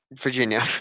Virginia